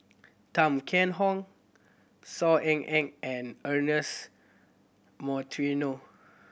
Tan Kheam Hock Saw Ean Ang and Ernest Monteiro